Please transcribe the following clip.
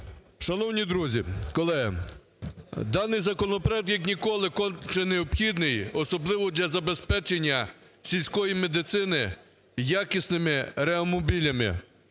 Шановні друзі, колеги! Даний законопроект як ніколи конче необхідний, особливо для забезпечення сільської медицини якісними реанімобілями,